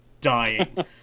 Dying